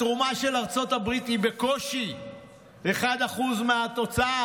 התרומה של ארצות הברית היא בקושי 1% מהתוצר,